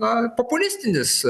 na populistinis